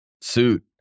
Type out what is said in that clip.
Suit